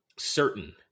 certain